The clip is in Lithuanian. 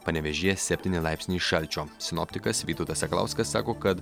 panevėžyje septyni laipsniai šalčio sinoptikas vytautas sakalauskas sako kad